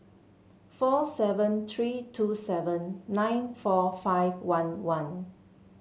four seven three two seven nine four five one one